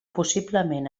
possiblement